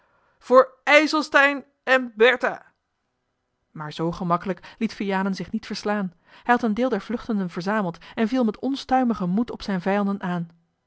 voor ijselstein en bertha maar zoo gemakkelijk liet vianen zich niet verslaan hij had een deel der vluchtenden verzameld en viel met onstuimigen moed op zijne vijanden aan